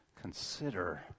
consider